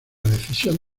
decisión